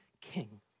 king